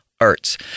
Arts